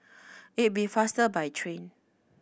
it'll be faster by train